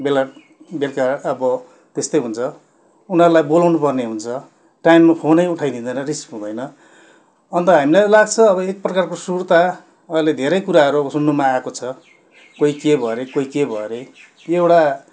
बेला बेलुका अब त्यस्तै हुन्छ उनीहरूलाई बोलाउनु पर्ने हुन्छ टाइममा फोनै उठाइदिँदैन रिसिभ हुँदैन अन्त हामीलाई लाग्छ अब एक प्रकारको सुर्ता अहिले धेरै कुराहरू सुन्नुमा आएको छ कोही के भयो अरे कोही के भयो अरे त्यो एउटा